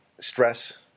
stress